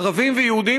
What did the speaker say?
ערבים ויהודים,